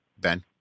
ben